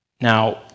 Now